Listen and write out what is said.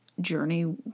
journey